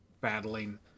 battling